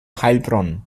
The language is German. heilbronn